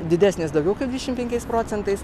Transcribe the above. didesnės daugiau kaip dvidešim penkiais procentais